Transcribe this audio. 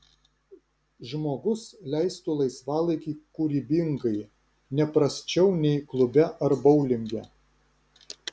žmogus leistų laisvalaikį kūrybingai ne prasčiau nei klube ar boulinge